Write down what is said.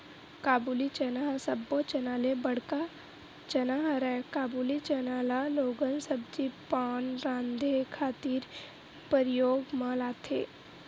काबुली चना ह सब्बो चना ले बड़का चना हरय, काबुली चना ल लोगन सब्जी पान राँधे खातिर परियोग म लाथे